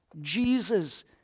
Jesus